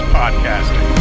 podcasting